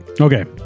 Okay